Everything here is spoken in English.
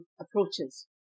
approaches